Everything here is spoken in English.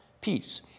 peace